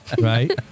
right